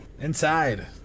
Inside